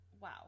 Wow